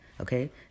Okay